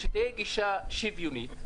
גישה שוויונית.